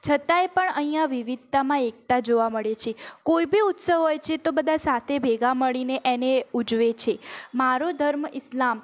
છતાંય પણ અહીંયા વિવિધતામાં એકતા જોવા મળે છે કોઈ બી ઉત્સવ હોય છે તો બધાં સાથે ભેગાં મળીને એને ઉજવે છે મારો ધર્મ ઇસ્લામ